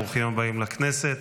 ברוכים הבאים לכנסת.